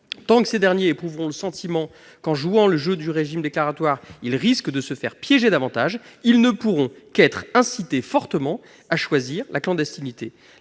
la manifestation éprouveront le sentiment qu'en jouant le jeu du régime déclaratoire ils risquent de se faire piéger davantage, ils ne pourront qu'être incités fortement à choisir la clandestinité.